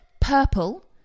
Purple